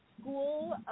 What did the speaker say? school